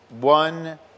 one